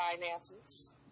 finances